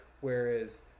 Whereas